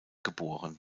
geboren